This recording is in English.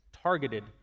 targeted